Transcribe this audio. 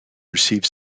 received